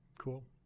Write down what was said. cool